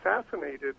assassinated